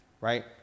right